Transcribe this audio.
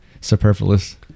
superfluous